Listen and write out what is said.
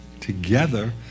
together